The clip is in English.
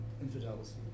infidels